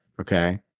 okay